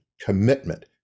commitment